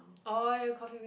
orh ya coffee-bean